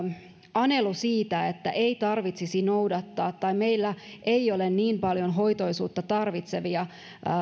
anelu siitä että ei tarvitsisi noudattaa tai että meillä ei ole niin paljon hoitoisuutta tarvitsevia